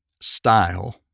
style